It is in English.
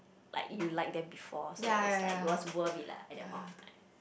like you like them before so it's like worth worth it lah at that point of time